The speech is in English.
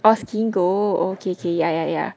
oh SkinGO okay okay ya ya ya